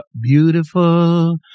beautiful